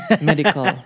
medical